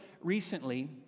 recently